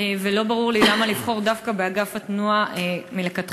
ולא ברור לי למה לבחור דווקא באגף התנועה מלכתחילה.